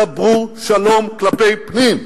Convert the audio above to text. דברו שלום כלפי פנים.